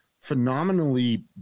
phenomenally